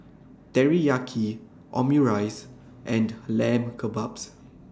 Teriyaki Omurice and Lamb Kebabs